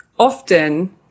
often